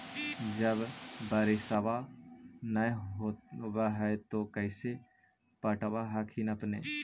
जब बारिसबा नय होब है तो कैसे पटब हखिन अपने?